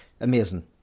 Amazing